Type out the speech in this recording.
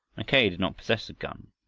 mackay did not possess a gun,